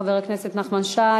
חבר הכנסת נחמן שי,